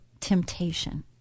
temptation